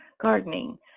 gardening